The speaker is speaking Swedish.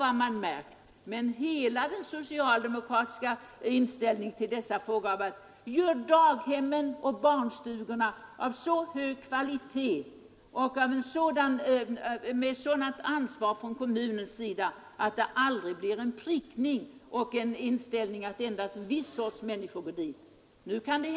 Men den socialdemokratiska inställningen har varit att göra daghem och barnstugor av så hög kvalitet och med sådant ekonomiskt ansvar från kommunens sida att det inte endast blir en viss sorts människor som går dit.